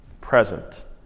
present